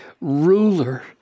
ruler